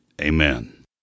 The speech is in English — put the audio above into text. Amen